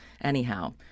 Anyhow